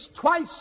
twice